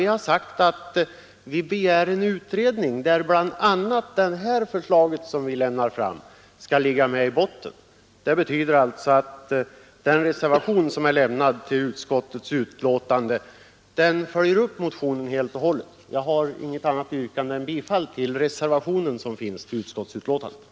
Vi har sagt att vi begär en utredning, där bl.a. det förslag vi framlägger skall ligga med i botten. Det betyder alltså att den reservation som lämnats till utskottets betänkande följer upp motionen. Jag har inget annat yrkande än om bifall till den reservation som är fogad till utskottets betänkande.